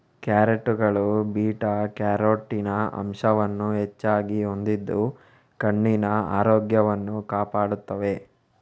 ಕ್ಯಾರೆಟುಗಳು beta carotene ಅಂಶವನ್ನು ಹೆಚ್ಚಾಗಿ ಹೊಂದಿದ್ದು ಕಣ್ಣಿನ ಆರೋಗ್ಯವನ್ನು ಕಾಪಾಡುತ್ತವೆ